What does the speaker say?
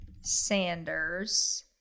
Sanders-